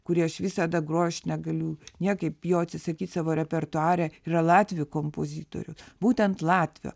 kurį aš visada groju aš negaliu niekaip jo atsisakyt savo repertuare yra latvių kompozitoriaus būtent latvio